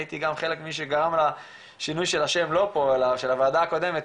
הייתי גם חלק ממי שגרם לשינוי של השם של הוועדה הקודמת,